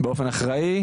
באופן אחראי,